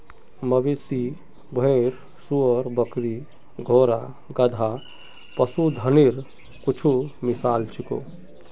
मवेशी, भेड़, सूअर, बकरी, घोड़ा, गधा, पशुधनेर कुछु मिसाल छीको